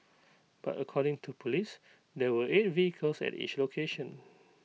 but according to Police there were eight vehicles at each location